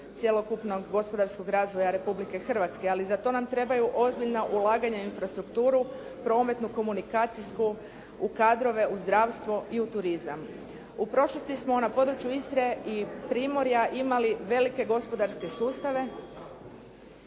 cjelokupnog gospodarskog razvoja Republike Hrvatske, ali za to nam trebaju ozbiljna ulaganja u infrastrukturu, prometnu komunikacijsku u kadrove, u zdravstvo i u turizam. U prošlosti smo na području Istre i primorja imali velike gospodarske sustave